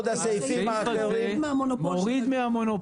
זה מוריד מן המונופול.